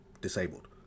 disabled